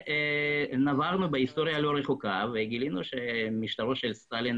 נברנו בהיסטוריה הלא רחוקה וגילינו שמשטרו של סטלין